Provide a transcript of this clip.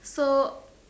so